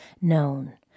known